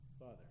Father